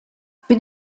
für